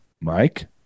Mike